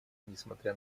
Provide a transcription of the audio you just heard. несмотря